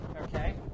Okay